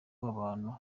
w’abantu